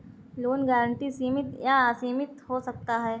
loan guarantee सीमित या असीमित हो सकता है